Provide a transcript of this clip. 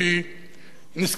נזכרה באמה,